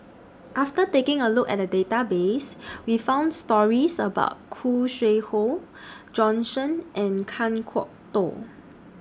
after taking A Look At The Database We found stories about Khoo Sui Hoe Bjorn Shen and Kan Kwok Toh